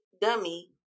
dummy